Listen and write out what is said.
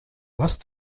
hast